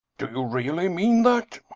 do you really mean that?